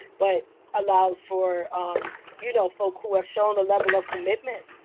but allows for you know, folk who have shown a level of commitment.